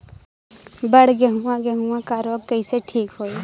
बड गेहूँवा गेहूँवा क रोग कईसे ठीक होई?